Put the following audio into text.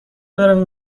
برویم